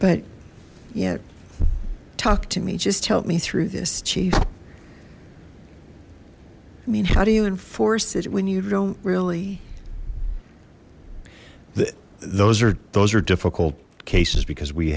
but yet talk to me just help me through this chief i mean how do you enforce it when you don't really the those are those are difficult cases because we